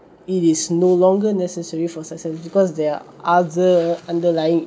it is no longer necessary for success because there are other underlying